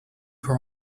her